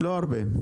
לא הרבה.